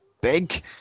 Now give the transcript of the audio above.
big